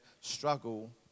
struggle